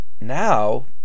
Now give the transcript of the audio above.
Now